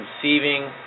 conceiving